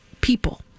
people